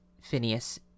Phineas